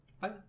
Bye